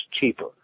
cheaper